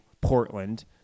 Portland